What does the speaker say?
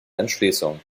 entschließung